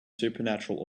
supernatural